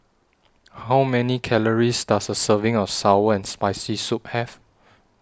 How Many Calories Does A Serving of Sour and Spicy Soup Have